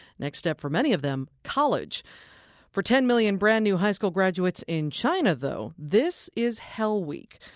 next step for many of them college for ten million brand new high school graduates in china, though, this is hell week.